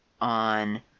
on